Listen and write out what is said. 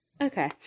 Okay